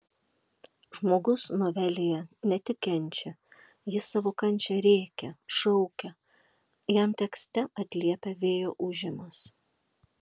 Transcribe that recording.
žmogus novelėje ne tik kenčia jis savo kančią rėkia šaukia jam tekste atliepia vėjo ūžimas